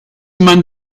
man